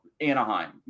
Anaheim